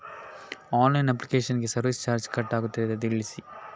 Online application ಗೆ service charge cut ಆಗುತ್ತದೆಯಾ ತಿಳಿಸಿ?